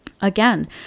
again